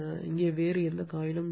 இங்கே வேறு எந்த காயிலும் இல்லை